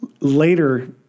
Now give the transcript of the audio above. later